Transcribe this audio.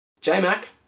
J-Mac